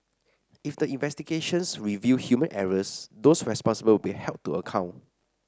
if the investigations reveal human errors those responsible will be held to account